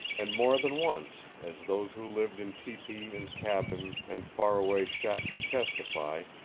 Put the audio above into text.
and more than once, as those who lived in tepee and cabin and far-away shack could testify,